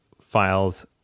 files